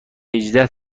هجده